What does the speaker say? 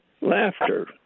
laughter